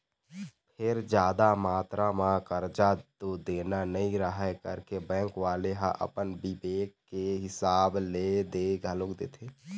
फेर जादा मातरा म करजा तो देना नइ रहय करके बेंक वाले ह अपन बिबेक के हिसाब ले दे घलोक देथे